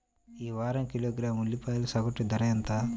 ఈ వారం కిలోగ్రాము ఉల్లిపాయల సగటు ధర ఎంత?